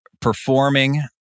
performing